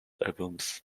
albums